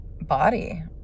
body